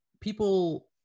people